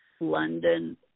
London